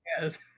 Yes